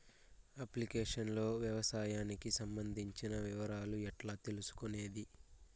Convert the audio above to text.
Application లో వ్యవసాయానికి సంబంధించిన వివరాలు ఎట్లా తెలుసుకొనేది?